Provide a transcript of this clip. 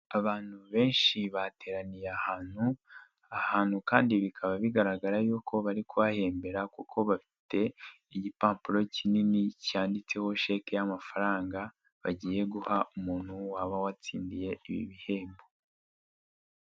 Abantu benshi bateraniye ahantu, ahantu kandi bikaba bigaragara yuko bari kuhahembera kuko bafite igipapuro kinini cyanditseho sheke y'amafaranga, bagiye guha umuntu waba watsindiye ibi bihembo.